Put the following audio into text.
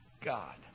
God